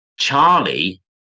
Charlie